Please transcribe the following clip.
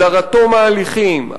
הדרתו מהליכים,